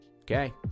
Okay